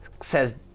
Says